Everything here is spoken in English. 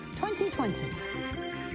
2020